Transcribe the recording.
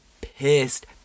pissed